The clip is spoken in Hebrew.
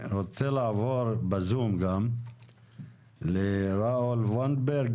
לעבור בזום לראול סרוגו,